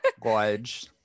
Gorge